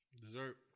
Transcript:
Dessert